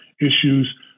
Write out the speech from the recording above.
issues